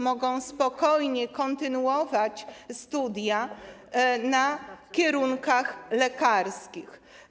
Mogą spokojnie kontynuować studia na kierunkach lekarskich.